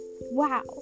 Wow